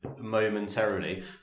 momentarily